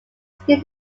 still